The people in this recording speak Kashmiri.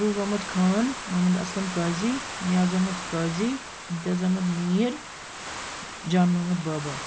روٗف احمد خان محمد اسلم قاضی نیاز احمد قاضی امتِیاظ احمد میٖر جان محمد بابا